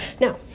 Now